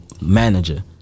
manager